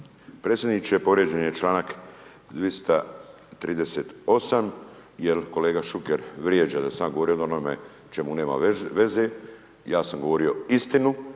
potpredsjedniče, povrijeđen je članak 238. jer kolega Šuker vrijeđa da sam ja govorio o onome o čemu nema veze, ja sam govorio istinu